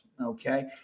Okay